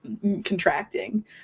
contracting